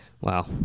Wow